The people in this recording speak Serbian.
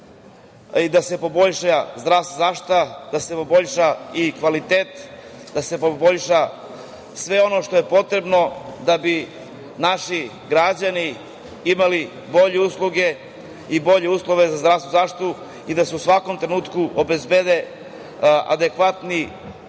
i da se poboljša i zdravstvena zaštita, da se poboljša i kvalitet, da se poboljša sve ono što je potrebno da bi naši građani imali bolje usluge i bolje uslove za zdravstvenu zaštitu i da se u svakom trenutku obezbede adekvatni